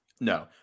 no